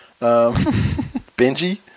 Benji